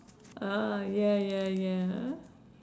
uh ya ya ya